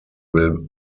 will